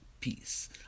peace